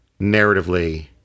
narratively